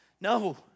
No